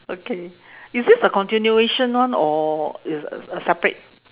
okay is this the continuation one or it's a a separate